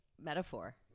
metaphor